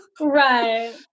right